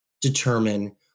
determine